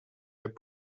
there